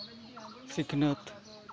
ᱥᱤᱠᱷᱱᱟᱹᱛ